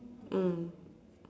mm